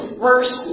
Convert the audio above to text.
first